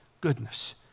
goodness